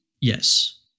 Yes